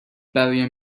برای